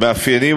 במקומות אחרים.